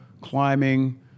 climbing